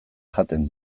jaten